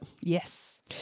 Yes